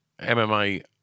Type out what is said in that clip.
MMA